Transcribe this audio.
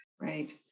Right